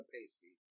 Pasty